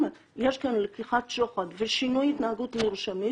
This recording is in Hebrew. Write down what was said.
אם יש כאן לקיחת שוחד ושינוי התנהגות מרשמית